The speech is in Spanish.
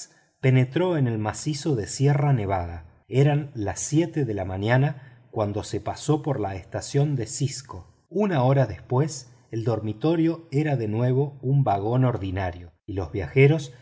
penetró en el macizo de sierra nevada eran las siete de la mañana cuando pasó por la estación de cisco una hora después el dormitorio era de nuevo un vagón ordinario y los viajeros